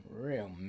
real